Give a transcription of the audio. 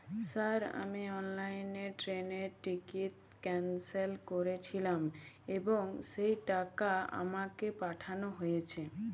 Sir আমি অনলাইনে ট্রেনের টিকিট ক্যানসেল করেছিলাম এবং সেই টাকা আমাকে পাঠানো হয়েছে?